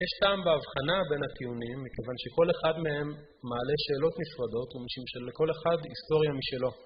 יש טעם בהבחנה בין הטיעונים מכיוון שכל אחד מהם מעלה שאלות נפרדות ומשום שלכל אחד היסטוריה משלו.